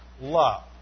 love